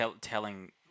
telling